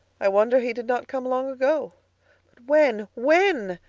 i wonder he did not come long ago. but when, when?